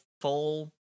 full